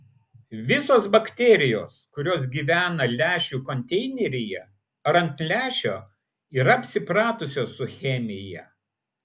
visos bakterijos kurios gyvena lęšių konteineryje ar ant lęšio yra apsipratusios su chemija